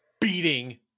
beating